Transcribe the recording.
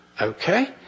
Okay